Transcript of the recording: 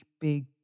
big